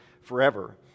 forever